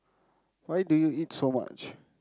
why do you eat so much